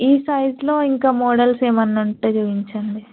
ఈ సైజులో ఇంకా మోడల్స్ ఏమన్నా ఉంటే చూపించండి